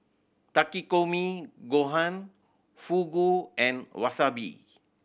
Takikomi Gohan Fugu and Wasabi